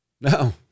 No